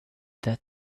that